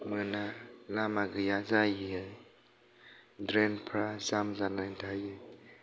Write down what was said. मोना लामा गैया जायो ड्रेनफ्रा जाम जानानै थायो